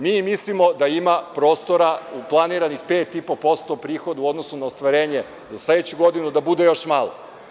Mi mislimo da ima prostora planiranih 5,5% prihoda u odnosu na ostvarenje za sledeću godinu da bude još malo.